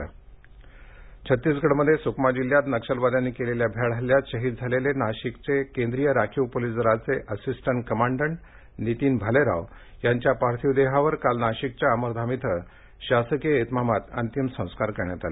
अंत्यसंस्कार छत्तीसगडमध्ये सुकमा जिल्ह्यात नक्षलवाद्यांनी केलेल्या भ्याड हल्ल्यात शहीद झालेले नाशिक येथील केंद्रीय राखीव पोलिस दलाचे असिस्टंट कमांडंट नितीन भालेराव यांच्या पार्थिव देहावर काल नाशिकच्या अमरधाम इथं शासकीय इतमामात अंतिम संस्कार करण्यात आले